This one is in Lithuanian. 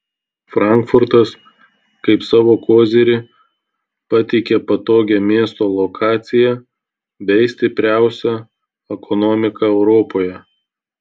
frankfurtas kaip savo kozirį pateikia patogią miesto lokaciją bei stipriausią ekonomiką europoje